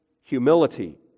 humility